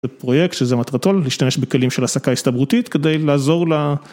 זה פרויקט שזה מטרתו, להשתמש בכלים של הסקה הסתברותית כדי לעזור ל...